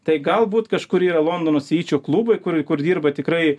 tai galbūt kažkur yra londono sičio klubai kur kur dirba tikrai